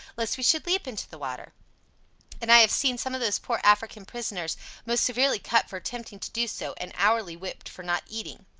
lest we should leap into the water and i have seen some of these poor african prisoners most severely cut for attempting to do so, and hourly whipped for not eating.